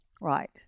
Right